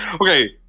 Okay